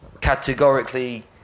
categorically